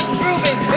proven